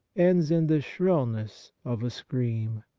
ends in the shrillness of a scream.